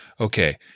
okay